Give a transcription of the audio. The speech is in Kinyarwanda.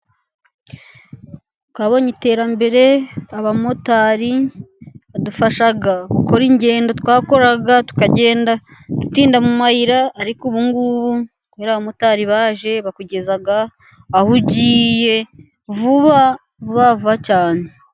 Twabonye iterambere, abamotari badufasha gukora ingendo twakoraga tukagenda dutinda mu mayira, ariko ubu ngubu kubera amotari baje, bakugeza aho ugiye vuba, vuba cyane.